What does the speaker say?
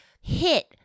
hit